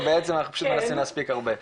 ובעצם אנחנו פשוט מנסים להספיק הרבה.